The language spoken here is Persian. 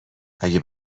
اگه